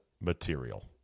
material